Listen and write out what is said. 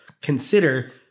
consider